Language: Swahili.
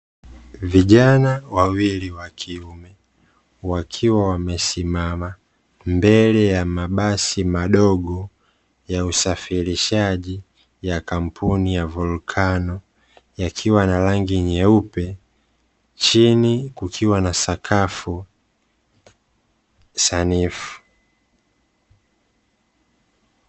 Vijana wawili wakiume, wakiwa wamesimama mbele ya mabasi madogo ya usafirishaji ya kampuni ya volcano. Yakiwa na rangi nyeupe, chini kukiwa na sakafu sanifu.